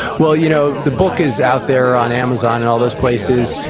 well, you know the book is out there on amazon and all those places.